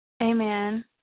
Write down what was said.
Amen